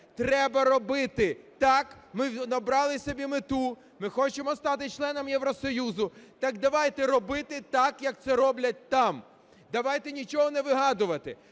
треба робити так… Ми обрали собі мету - ми хочемо стати членами Євросоюзу, - так давайте робити так, як це роблять там. Давайте нічого не вигадувати,